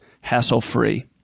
hassle-free